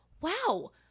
wow